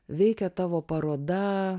veikia tavo paroda